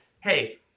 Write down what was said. hey